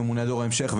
הממונה על דור ההמשך,